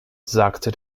sagte